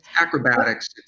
Acrobatics